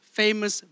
famous